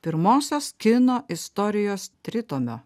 pirmosios kino istorijos tritomio